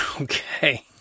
Okay